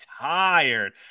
tired